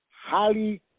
highly